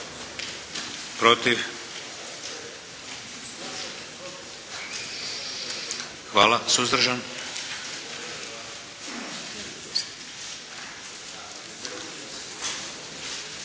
Protiv? Hvala. Suzdržan?